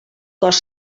cos